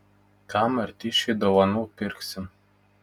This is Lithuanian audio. ką martyšiui dovanų pirksim